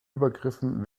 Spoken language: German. übergriffen